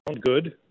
good